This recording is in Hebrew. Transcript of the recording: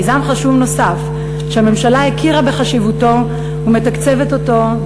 מיזם חשוב נוסף שהממשלה הכירה בחשיבותו ומתקצבת אותו,